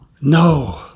No